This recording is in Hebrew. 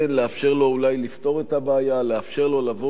לאפשר לו אולי לפתור את הבעיה,